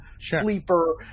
Sleeper